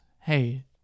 hey